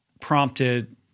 prompted